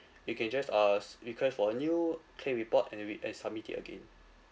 you can just uh s~ request for a new claim report and then we and you submit it again